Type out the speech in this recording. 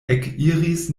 ekiris